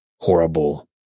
horrible